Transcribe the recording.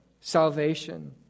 salvation